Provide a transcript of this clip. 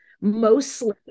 mostly